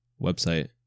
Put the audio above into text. website